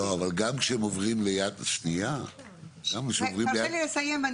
לא, אבל גם כשהם עוברים ליד --- תרשה לי לסיים.